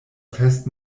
fest